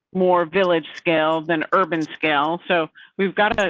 more village scale than urban scale. so we've got a.